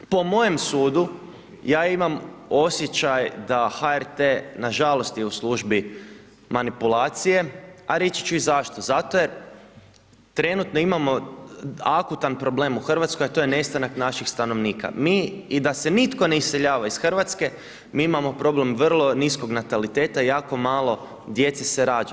Po mojem sudu, ja imam osjećaj da HRT nažalost je u službi manipulacije, a reći ću i zašto, zato jer trenutno imamo akutan problem u HR, a to je nestanak naših stanovnika, mi i da se nitko ne iseljava iz HR, mi imamo problem vrlo niskog nataliteta, jako malo djece se rađa.